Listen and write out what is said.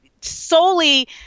solely